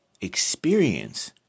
experience